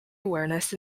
awareness